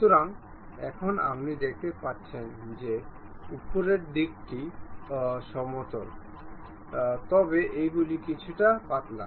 সুতরাং এখন আপনি দেখতে পাচ্ছেন যে উপরের দিকটি সমতল এক তবে এগুলি কিছুটা পাতলা